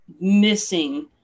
missing